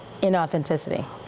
inauthenticity